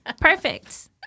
Perfect